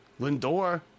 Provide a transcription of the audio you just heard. Lindor